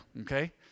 Okay